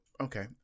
Okay